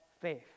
faith